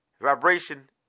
vibration